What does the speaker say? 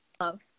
love